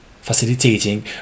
facilitating